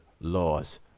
laws